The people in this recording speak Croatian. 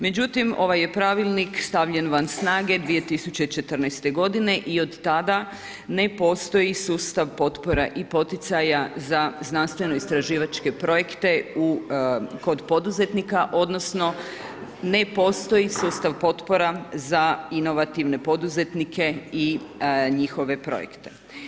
Međutim, ovaj je pravilnik stavljen van snage 2014. g. i od tada ne postoji sustav potpora i poticaja za znanstveno istraživačke projekte kod poduzetnika, odnosno, ne postoji sustav potpora za inovativne poduzetnike i njihove projekte.